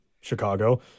Chicago